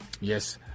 yes